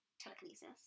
telekinesis